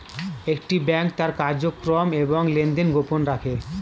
একটি ব্যাংক তার কার্যক্রম এবং লেনদেন গোপন রাখে